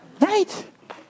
Right